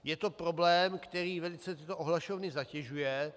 Je to problém, který velice tyto ohlašovny zatěžuje.